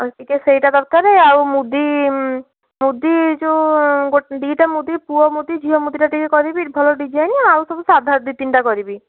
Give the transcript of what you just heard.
ଆଉ ଟିକେ ସେଇଟା ଦରକାର ଆଉ ମୁଦି ମୁଦି ଯେଉଁ ଗୋ ଦୁଇଟା ମୁଦି ପୁଅ ମୁଦି ଝିଅ ମୁଦିଟା ଟିକେ ଭଲ ଡିଜାଇନ୍ ଆଉ ସବୁ ସାଧା ଦୁଇ ତିନଟା କରିବି